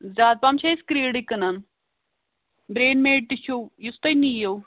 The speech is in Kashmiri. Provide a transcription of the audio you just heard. زیادٕ پَہم چھِ أسۍ کریٖڈٕے کٕنان برٛین میڈ تہِ چھِو یُس تُہۍ نِیِو